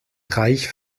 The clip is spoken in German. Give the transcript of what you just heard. reich